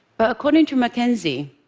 but according to mckinsey,